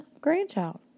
grandchild